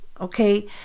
okay